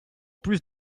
plus